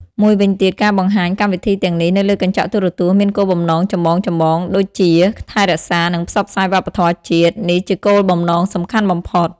មួយវិញទៀតការបង្ហាញកម្មវិធីទាំងនេះនៅលើកញ្ចក់ទូរទស្សន៍មានគោលបំណងចម្បងៗដូចជា ថែរក្សា និងផ្សព្វផ្សាយវប្បធម៌ជាតិ នេះជាគោលបំណងសំខាន់បំផុត។